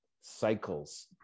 cycles